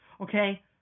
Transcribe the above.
Okay